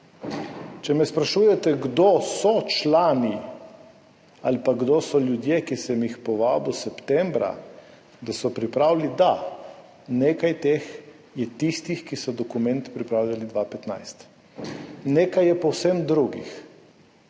Če me sprašujete, kdo so člani ali pa kdo so ljudje, ki sem jih povabil septembra, da so pripravili [gradivo], da, nekaj je tistih, ki so dokument pripravljali leta 2015. Nekaj je povsem drugih.